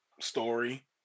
story